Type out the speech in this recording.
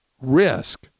risk